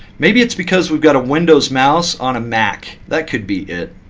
maybe it's because we've got a windows mouse on a mac. that could be it.